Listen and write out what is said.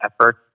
effort